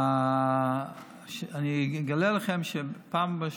אני אגלה לכם שפעם,